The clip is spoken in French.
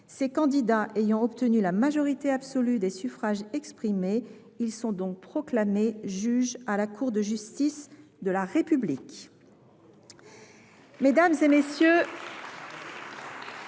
Ces candidats ayant obtenu la majorité absolue des suffrages exprimés, ils sont proclamés juges à la Cour de justice de la République. Mmes et MM. les